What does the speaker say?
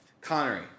Connery